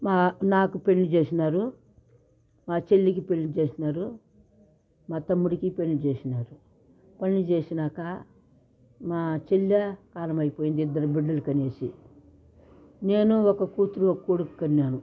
మా నాకు పెళ్ళి చేసినారు మా చెల్లికి పెళ్ళి చేసినారు మా తమ్ముడికి పెళ్ళి చేసినారు పెళ్ళి చేసినాకా మా చెల్లి కాలం అయిపోయింది ఇద్దరు బిడ్డలు కనేసి నేను ఒక కూతురూ ఒక కొడుకు కన్నాను